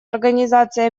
организации